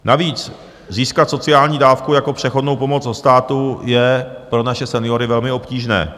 Navíc získat sociální dávku jako přechodnou pomoc od státu je pro naše seniory velmi obtížné.